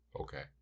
Okay